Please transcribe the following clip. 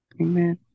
Amen